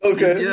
Okay